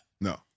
no